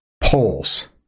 polls